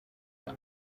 uru